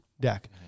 deck